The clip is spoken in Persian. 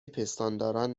پستانداران